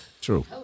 True